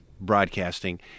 broadcasting